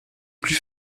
plus